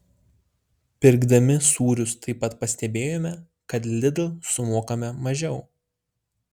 pirkdami sūrius taip pat pastebėjome kad lidl sumokame mažiau